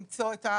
למצוא,